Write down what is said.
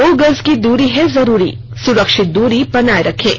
दो गज की दूरी है जरूरी सुरक्षित दूरी बनाए रखें